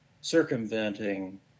circumventing